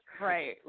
Right